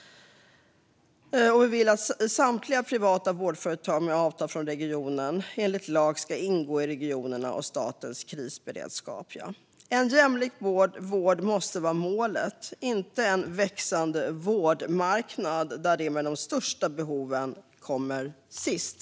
Vi vill att samtliga privata vårdföretag med avtal från regionen enligt lag ska ingå i regionernas och statens krisberedskap. En jämlik vård måste vara målet, inte en växande vårdmarknad där de med de största behoven hamnar sist.